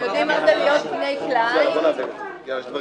לקחתי 12 הלוואות,